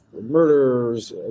murders